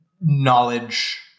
knowledge